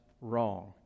wrong